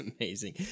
amazing